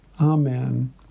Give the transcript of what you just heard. Amen